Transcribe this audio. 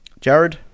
Jared